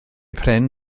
pren